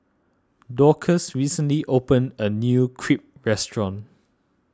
Dorcas recently opened a new Crepe restaurant